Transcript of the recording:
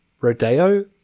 rodeo